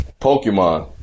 Pokemon